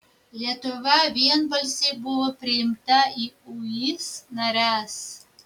lietuva vienbalsiai buvo priimta į uis nares